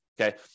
Okay